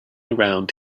around